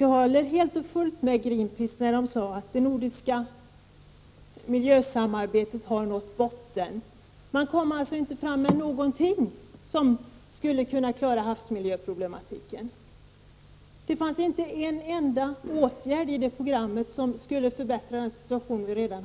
Jag håller helt och fullt med Greenpeace, som säger att det nordiska miljösamarbetet har nått botten. Man kom inte fram med någonting som skulle kunna klara havsmiljöproblematiken. Det fanns inte en enda åtgärd i det programmet som skulle förbättra den situation som råder.